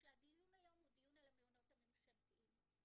שהדיון היום הוא על המעונות הממשלתיים.